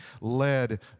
led